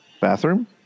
Bathroom